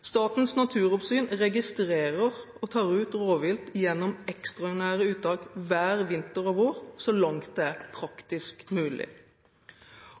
Statens naturoppsyn registrerer og tar ut rovvilt gjennom ekstraordinære uttak hver vinter og vår, så langt det er praktisk mulig.